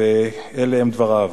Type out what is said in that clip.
ואלה הם דבריו: